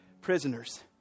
prisoners